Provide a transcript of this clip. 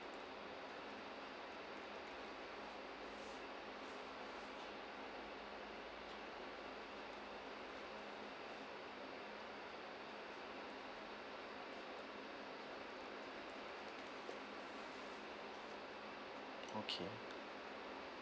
okay